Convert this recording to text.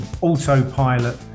autopilot